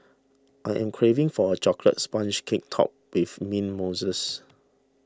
I am craving for a Chocolate Sponge Cake Topped with Mint Mousses